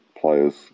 players